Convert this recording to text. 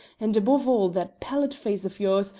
and above all that pallid face of yours,